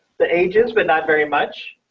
the ages, but not very much.